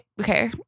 Okay